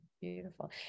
beautiful